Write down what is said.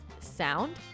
sound